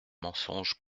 mensonge